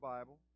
Bible